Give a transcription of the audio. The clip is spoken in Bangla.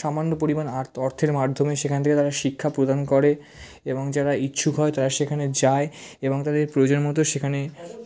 সামান্য পরিমাণ অর্থের মাধ্যমে সেখান থেকে তারা শিক্ষা প্রদান করে এবং যারা ইচ্ছুক হয় তারা সেখানে যায় এবং তাদের প্রয়োজন মতো সেখানে